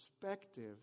perspective